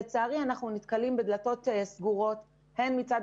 לצערי אנחנו נתקלים בדלתות סגורות מצד